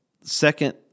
second